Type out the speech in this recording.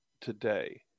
today